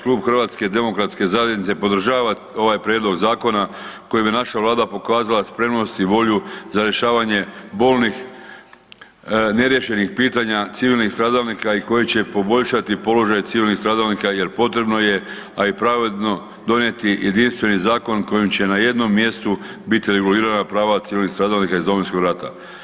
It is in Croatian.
Klub HDZ-a podržava ovaj prijedlog zakona kojim bi naša Vlada pokazala spremnost i volju za rješavanje bolnih neriješenih pitanja civilnih stradalnika i koji će poboljšati položaj civilnih stradalnika jer potrebno je, a i pravedno donijeti jedinstveni zakon kojim će na jednom mjestu biti regulirana prava civilnih stradalnika iz Domovinskog rata.